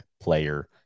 player